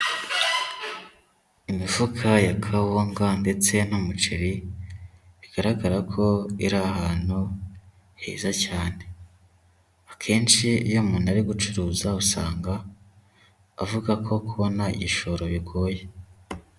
Imifuka ya kawunga ndetse n'umuceri, bigaragara ko iri ahantu heza cyane. Akenshi iyo umuntu ari gucuruza usanga avuga ko kubona igishoro bigoye.